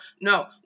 No